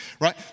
right